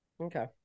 Okay